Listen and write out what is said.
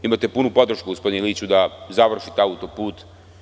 Imate podršku, gospodine Iliću, da završite autoput.